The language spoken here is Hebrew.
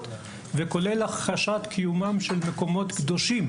וכולל הכחשת קיומם של מקומות קדושים,